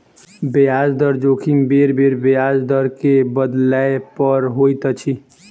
ब्याज दर जोखिम बेरबेर ब्याज दर के बदलै पर होइत अछि